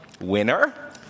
winner